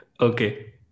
Okay